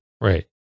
right